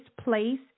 place